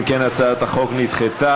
אם כן, הצעת החוק נדחתה.